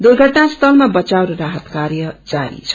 दुर्घटना स्थलमा बचाव र राहत कार्य जारी छ